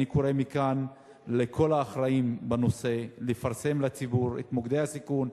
אני קורא מכאן לכל האחראים בנושא לפרסם לציבור את מוקדי הסיכון,